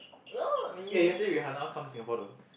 eh yesterday Rihanna come Singapore though